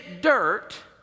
dirt